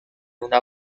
una